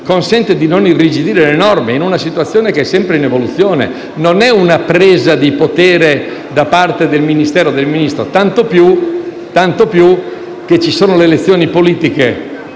consente di non irrigidire le norme in una situazione sempre in evoluzione. Non è una presa di potere da parte del Ministero o del Ministro, tanto più che ci sono le elezioni politiche